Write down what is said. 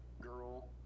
girl